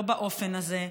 לא באופן הזה,